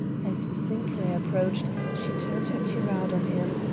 as sinclair approached, she turned her tirade on him,